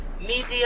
media